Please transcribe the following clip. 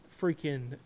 freaking